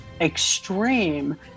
extreme